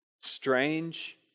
strange